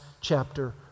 chapter